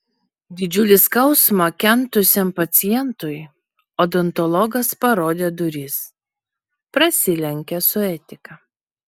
didžiulį skausmą kentusiam pacientui odontologas parodė duris prasilenkia su etika